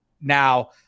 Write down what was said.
now